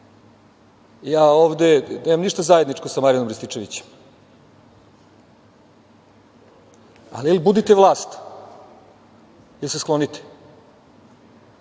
ja ovde nemam ništa zajedničko sa Marijanom Rističevićem, ali vi budite vlast ili se sklonite.